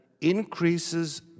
increases